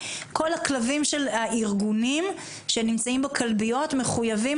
כל הכלבים של הארגונים שנמצאים בכלביות מחויבים